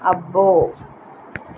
అబ్బో